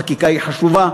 חקיקה היא חשובה,